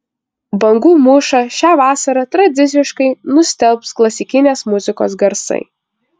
bangų mūšą šią vasarą tradiciškai nustelbs klasikinės muzikos garsai